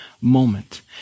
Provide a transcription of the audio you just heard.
moment